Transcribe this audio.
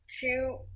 Two